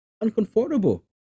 uncomfortable